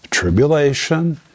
Tribulation